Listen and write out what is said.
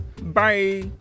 Bye